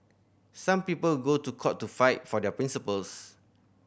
some people go to court to fight for their principles